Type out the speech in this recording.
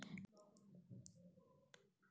कीड कमी करण्यासाठी कापसात काय घालावे?